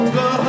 go